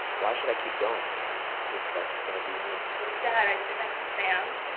why should i keep going if that's just going to be me? it's sad. i sit next to sam,